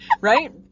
Right